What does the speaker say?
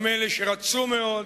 גם אלה שרצו מאוד,